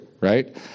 Right